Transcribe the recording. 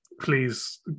please